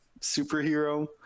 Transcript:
superhero